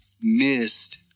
missed